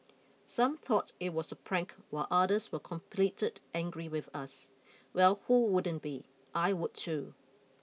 some thought it was a prank while others were completed angry with us well who wouldn't be I would too